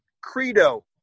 credo